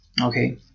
okay